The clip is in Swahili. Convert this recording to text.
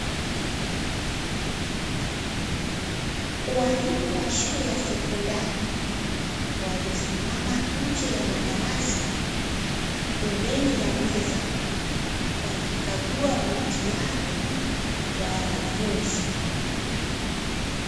Walimu wa shule ya sekondari wamesimama nje ya madarasa pembeni ya Meza wakikagua mitihani ya wanafunzi.